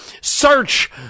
Search